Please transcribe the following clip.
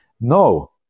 no